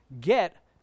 get